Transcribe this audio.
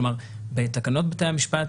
כלומר בתקנות בתי המשפט,